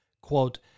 quote